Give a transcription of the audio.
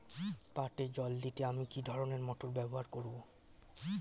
পাটে জল দিতে আমি কি ধরনের মোটর ব্যবহার করব?